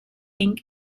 ink